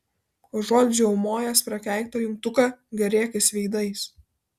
užuot žiaumojęs prakeiktą jungtuką gėrėkis veidais